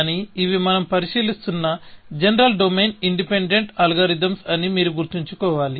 కానీ ఇవి మనం పరిశీలిస్తున్న జనరల్ డొమైన్ ఇండిపెండెంట్ అల్గోరిథమ్స్ అని మీరు గుర్తుంచు కోవాలి